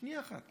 בשנייה אחת.